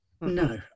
No